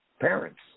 parents